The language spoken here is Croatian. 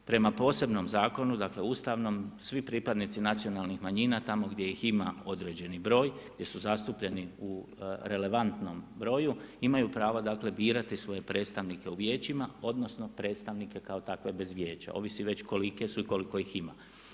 Prema posebnom zakonu, dakle ustavnom svi pripadnici nacionalnih manjina tamo gdje ih ima određeni broj, jer su zastupljeni u relevantnom broju imaju pravo, dakle birati svoje predstavnike u vijećima, odnosno predstavnike kao takve bez vijeća ovisi već kolike su i koliko ih ima.